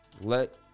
Let